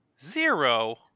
Zero